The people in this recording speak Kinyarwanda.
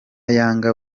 yanga